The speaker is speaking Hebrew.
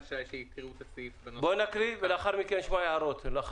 מיטלטלים בקיבולת כוללת שאינה עולה על 220